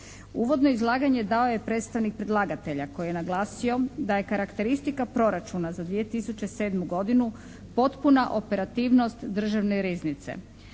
Uvodno izlaganja dao je predstavnik predlagatelja koji je naglasio da je karakteristika proračuna za 2007. godinu potpuna operativnost državne riznice.